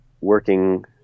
working